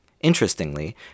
Interestingly